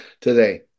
today